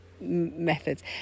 methods